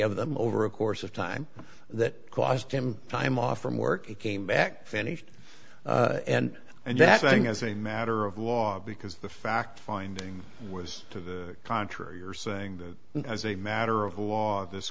of them over a course of time that cost him time off from work came back finished and and that's i think as a matter of law because the fact finding was to the contrary are saying that as a matter of law